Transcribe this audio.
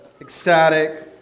ecstatic